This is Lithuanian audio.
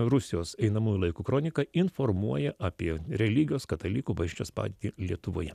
rusijos einamųjų laikų kronika informuoja apie religijos katalikų bažnyčios padėtį lietuvoje